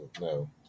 No